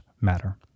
matter